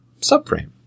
subframe